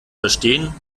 verstehen